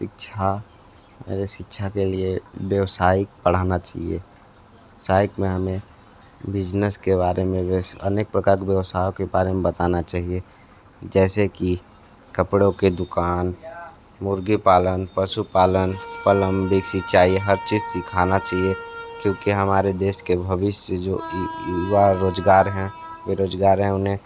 शिक्षा अरे शिक्षा के लिए व्यवसाय पढ़ाना चाहिए साथ में हमें बिजनेस के बारे में जो अनेक प्रकार के व्यवसायों के बारे में बताना चाहिए जैसे की कपड़ों की दुकान मुर्गी पालन पशु पालन पलंबिग सिचाई हर चीज सिखाना चाहिए क्योंकि हमारे देश के भविष्य जो युवा रोजगार हैं जो रोजगार हैं उन्हें